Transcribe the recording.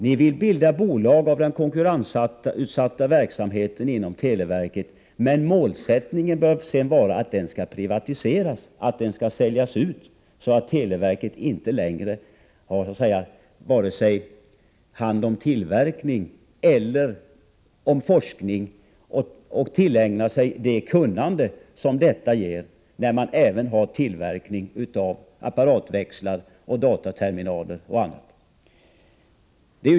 Ni vill bilda bolag av den konkurrensutsatta verksamheten inom televerket, men målsättningen är att detta sedan skall säljas ut och privatiseras, så att televerket inte längre har hand om vare sig tillverkning eller forskning och därigenom tillägnar sig det kunnande som det ger när man även har tillverkning av apparatväxlar, dataterminaler och annat.